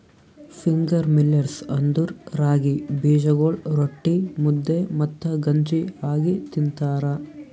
finger millets ಅಂದುರ್ ರಾಗಿ ಬೀಜಗೊಳ್ ರೊಟ್ಟಿ, ಮುದ್ದೆ ಮತ್ತ ಗಂಜಿ ಆಗಿ ತಿಂತಾರ